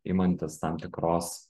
imantis tam tikros